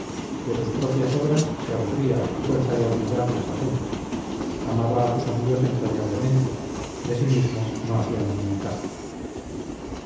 de sus propias obras se aburría a fuerza de admirar las ajenas amaba a sus amigos entrañablemente de sí mismo no hacía ningún caso